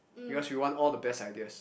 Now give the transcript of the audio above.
because we want all the best ideas